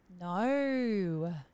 No